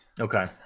Okay